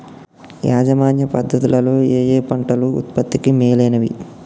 యాజమాన్య పద్ధతు లలో ఏయే పంటలు ఉత్పత్తికి మేలైనవి?